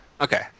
Okay